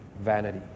vanity